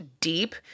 deep